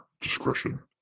discretion